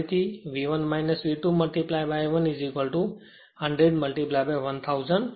ફરીથી V1 V2 I 1 100 1000 થશે